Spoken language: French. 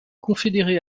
confédérés